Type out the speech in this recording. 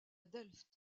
delft